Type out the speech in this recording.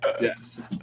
Yes